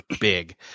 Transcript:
big